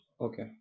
Okay